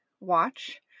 watch